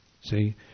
See